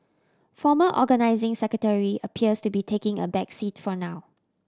former Organising Secretary appears to be taking a back seat for now